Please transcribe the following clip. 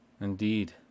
Indeed